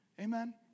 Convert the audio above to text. Amen